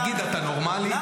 תגיד, אתה נורמלי?